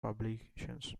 publications